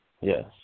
yes